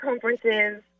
conferences